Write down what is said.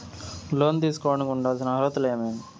లోను తీసుకోడానికి ఉండాల్సిన అర్హతలు ఏమేమి?